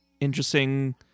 interesting